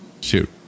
Shoot